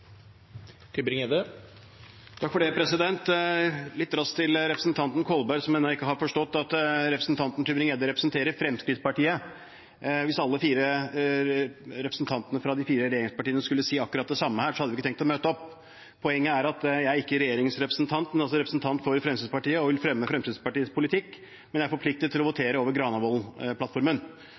representerer Fremskrittspartiet: Hvis alle representantene fra de fire regjeringspartiene skulle si akkurat det samme her, hadde vi ikke trengt å møte opp. Poenget er at jeg ikke er regjeringens representant, men representant for Fremskrittspartiet. Jeg vil fremme Fremskrittspartiets politikk, men er forpliktet til å votere